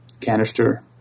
canister